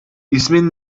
i̇smin